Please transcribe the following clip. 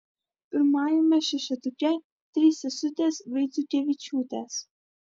pirmajame šešetuke trys sesutės vaiciukevičiūtės